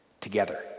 Together